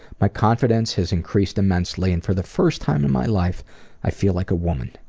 my confidence has increased immensely, and for the first time in my life i feel like a woman.